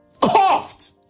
coughed